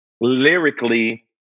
lyrically